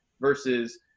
versus